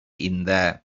இந்த